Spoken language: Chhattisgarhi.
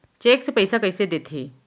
चेक से पइसा कइसे देथे?